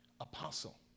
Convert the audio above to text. apostle